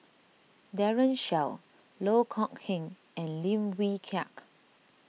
Daren Shiau Loh Kok Heng and Lim Wee Kiak